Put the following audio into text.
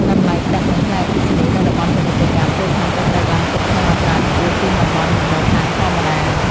តម្លៃទឹកនិងថ្លៃអគ្គិសនីនៅតំបន់ពាណិជ្ជកម្មពេលខ្លះក៏ត្រូវបានគិតក្នុងអត្រាខ្ពស់ជាងតំបន់លំនៅឋានធម្មតា។